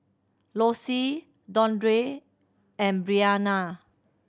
Lossie Dondre and Breanna